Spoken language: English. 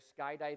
skydiving